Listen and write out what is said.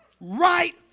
right